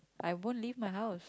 I won't leave my house